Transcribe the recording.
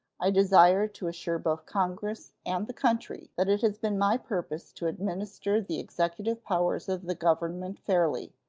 i desire to assure both congress and the country that it has been my purpose to administer the executive powers of the government fairly,